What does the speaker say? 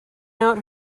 out